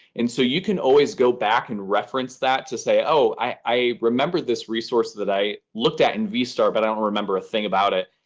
and so you can always go back and reference that to say, oh. i remember this resource that i looked at in vstar, but i don't remember a thing about it.